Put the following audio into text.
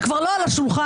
שכבר לא על השולחן,